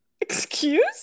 excuse